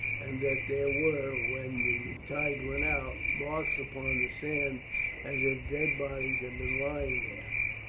and that there were, when the tide went out, marks upon the sand as if dead bodies had been lying there.